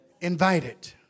invited